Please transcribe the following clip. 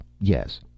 Yes